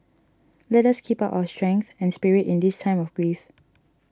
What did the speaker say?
let us keep up our strength and spirit in this time of grief